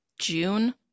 June